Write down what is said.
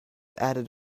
added